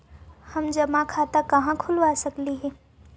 हम जमा खाता कहाँ खुलवा सक ही?